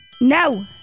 No